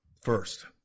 first